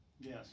yes